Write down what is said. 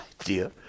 idea